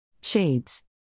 Shades